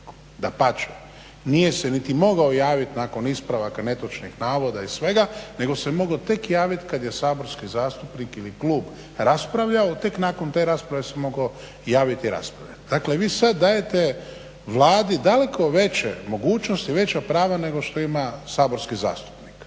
Dapače, nije se niti mogao javiti nakon ispravaka netočnih navoda i svega nego se mogao tek javiti kada je saborski zastupnik ili klub raspravljao tek nakon te rasprave se mogao javiti i raspravljati. Dakle, vi sada dajete Vladi daleko veće mogućnosti, veća prava nego što ima saborski zastupnik.